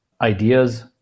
ideas